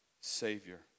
savior